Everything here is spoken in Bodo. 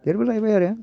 देरबोलायबाय आरो